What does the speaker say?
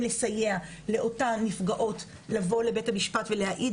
לסייע לאותן נפגעות לבוא לבית המשפט ולהעיד,